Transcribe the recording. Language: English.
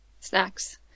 Snacks